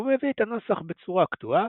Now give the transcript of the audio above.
והוא מביא את הנוסח בצורה קטועה,